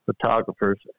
photographers